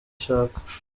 ashaka